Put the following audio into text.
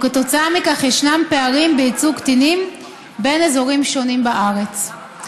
וכתוצאה מכך ישנם פערים בייצוג קטינים בין אזורים שונים בארץ.